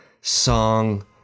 song